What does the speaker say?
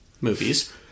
movies